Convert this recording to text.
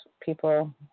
people